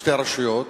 שתי הרשויות,